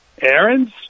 errands